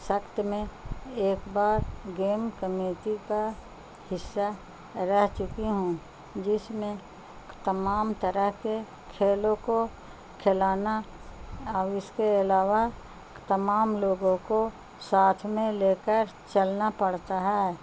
میں ایک بار گیم کمیٹی کا حصہ رہ چکی ہوں جس میں تمام طرح کے کھیلوں کو کھلانا اور اس کے علاوہ تمام لوگوں کو ساتھ میں لے کر چلنا پڑتا ہے